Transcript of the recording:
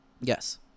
Yes